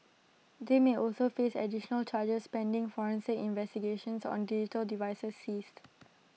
they may also face additional charges pending forensic investigations on digital devices seized